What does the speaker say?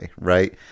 Right